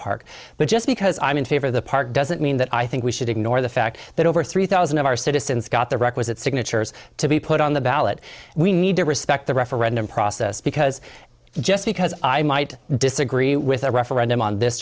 park but just because i'm in favor of the park doesn't mean that i think we should ignore the fact that over three thousand of our citizens got the requisite signatures to be put on the ballot we need to respect the referendum process because just because i might disagree with a referendum on this